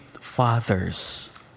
fathers